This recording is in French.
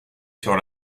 sur